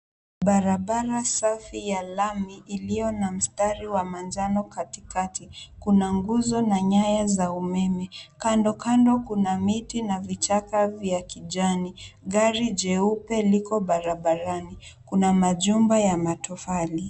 Barabara safi ya lami, iliyo na mstari wa manjano katikati. Kuna nguzo na nyaya za umeme. Kando kando kuna miti na vichaka vya kijani. Gari jeupe liko barabarani. Kuna majumba ya matofali.